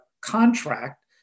contract